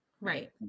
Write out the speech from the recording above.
right